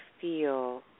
feel